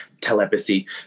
telepathy